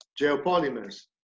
Geopolymers